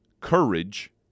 courage